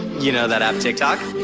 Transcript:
you know that app, tiktok?